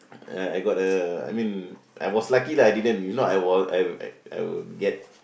I I got the I mean I was lucky that I didn't if not I was I I I will get